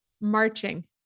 marching